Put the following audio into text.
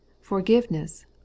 forgiveness